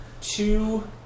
two